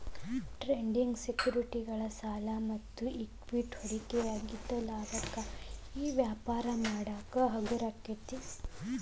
trading ಸೆಕ್ಯುರಿಟಿಗಳ ಸಾಲ ಮತ್ತ ಇಕ್ವಿಟಿ ಹೂಡಿಕೆಯಾಗಿದ್ದ ಲಾಭಕ್ಕಾಗಿ ವ್ಯಾಪಾರ ಮಾಡಕ ನಿರ್ವಹಣೆ ಯೋಜಿಸುತ್ತ